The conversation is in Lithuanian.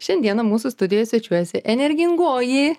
šiandieną mūsų studijoj svečiuojasi energingoji